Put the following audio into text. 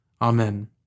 Amen